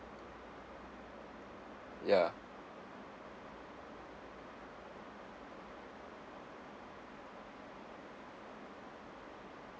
ya